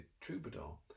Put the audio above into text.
troubadour